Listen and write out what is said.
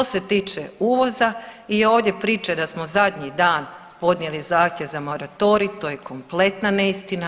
Što se tiče uvoza i ovdje priče da smo zadnji dan podnijeli zahtjev za moratorij to je kompletna neistina.